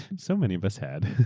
so many of us had.